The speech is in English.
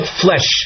flesh